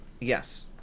Yes